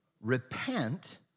repent